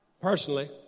personally